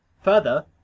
further